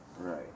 Right